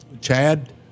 Chad